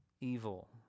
evil